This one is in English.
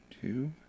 two